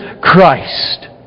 Christ